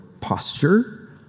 posture